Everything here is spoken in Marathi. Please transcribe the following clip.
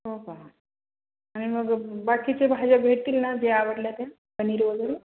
हो का आणि मग बाकीचे भाज्या भेटतील ना जे आवडल्या त्या पनीर वगैरे